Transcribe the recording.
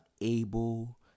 able